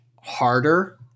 harder